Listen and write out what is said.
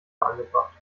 angebracht